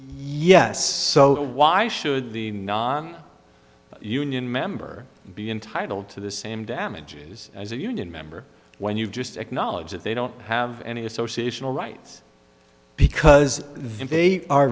yes so why should the non union member be intitled to the same damages as a union member when you just acknowledge that they don't have any associational rights because they are